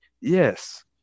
Yes